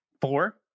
Four